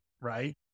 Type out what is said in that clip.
right